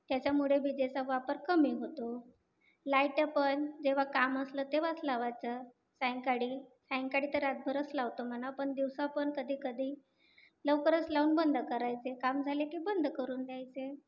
त्याच्यामुळे विजेचा वापर कमी होतो लायटं पण जेव्हा काम असलं तेव्हाच लावायचं सायंकाळी सायंकाळी तर रात्रभरच लावतो म्हणा पण दिवसा पण कधीकधी लवकरच लावून बंद करायचे काम झाले की बंद करून द्यायचे